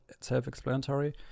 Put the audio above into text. self-explanatory